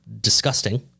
disgusting